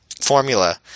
formula